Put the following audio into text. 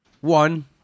one